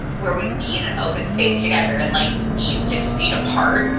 where we'd be in an open space together and, like, be six feet apart.